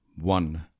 one